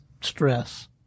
stress